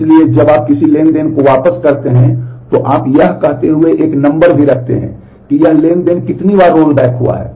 इसलिए जब आप किसी ट्रांज़ैक्शन को वापस करते हैं तो आप यह कहते हुए एक नंबर भी रखते हैं कि यह ट्रांज़ैक्शन कितनी बार रोलबैक हुआ है